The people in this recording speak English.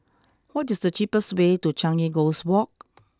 what is the cheapest way to Changi Coast Walk